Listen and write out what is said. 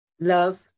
love